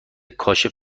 کاشف